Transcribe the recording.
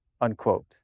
unquote